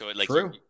true